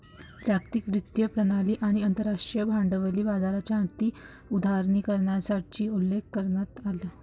जागतिक वित्तीय प्रणाली आणि आंतरराष्ट्रीय भांडवली बाजाराच्या अति उदारीकरणाचाही उल्लेख करण्यात आला